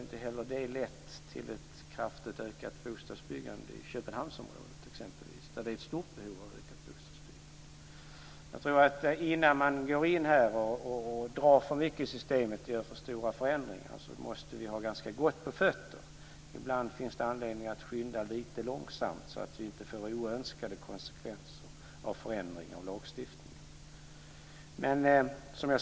Inte heller det har lett till ett kraftigt ökat bostadsbyggande i Köpenhamnsområdet exempelvis, där det är ett stort behov av ett ökat bostadsbyggande. Jag tror att innan vi går in och gör alltför stora förändringar i systemet måste vi ha ganska gott på fötter. Ibland finns det anledning att skynda långsamt så att vi inte får oönskade konsekvenser av en förändring av lagstiftningen.